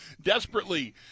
desperately